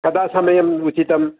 कदा समयम् उचितम्